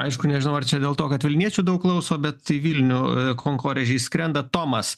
aišku nežinau ar čia dėl to kad vilniečių daug klauso bet į vilnių konkorėžiai skrenda tomas